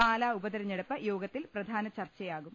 പാല ഉപതെരഞ്ഞെടുപ്പ് യോഗത്തിൽ പ്രധാന ചർച്ചയാകും